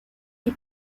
die